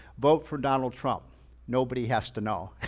vote for donald trump nobody has to know.